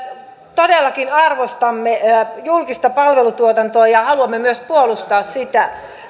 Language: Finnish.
todellakin arvostamme julkista palvelutuotantoa ja haluamme myös puolustaa sitä